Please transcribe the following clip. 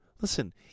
Listen